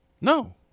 No